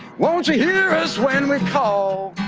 want to hear us when we call?